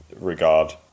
regard